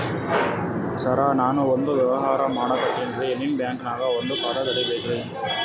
ಸರ ನಾನು ಒಂದು ವ್ಯವಹಾರ ಮಾಡಕತಿನ್ರಿ, ನಿಮ್ ಬ್ಯಾಂಕನಗ ಒಂದು ಖಾತ ತೆರಿಬೇಕ್ರಿ?